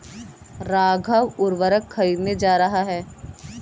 राघव उर्वरक खरीदने जा रहा है